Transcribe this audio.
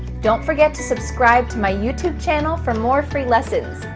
don't forget to subscribe to my youtube channel for more free lessons.